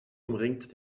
umringt